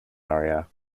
barrier